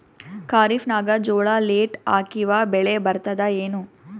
ಖರೀಫ್ ನಾಗ ಜೋಳ ಲೇಟ್ ಹಾಕಿವ ಬೆಳೆ ಬರತದ ಏನು?